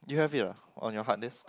you have it ah on your hard disc